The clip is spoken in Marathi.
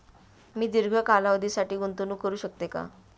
मी दीर्घ कालावधीसाठी गुंतवणूक करू शकते का?